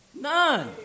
None